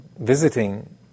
visiting